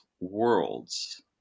worlds